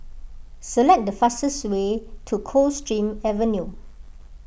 select the fastest way to Coldstream Avenue